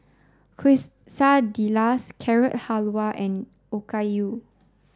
Carrot Halwa and Okayu